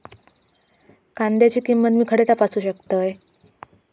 कांद्याची किंमत मी खडे तपासू शकतय?